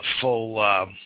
full